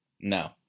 No